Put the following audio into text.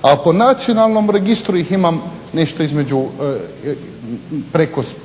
a po nacionalnom registru ih ima nešto